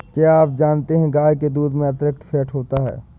क्या आप जानते है गाय के दूध में अतिरिक्त फैट होता है